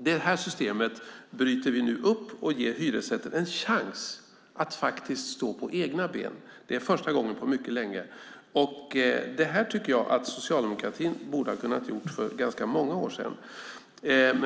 Det här systemet bryter vi nu upp. Vi ger hyresrätten en chans att stå på egna ben. Det är första gången på mycket länge. Det här tycker jag att socialdemokratin borde ha kunnat göra för ganska många år sedan.